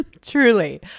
Truly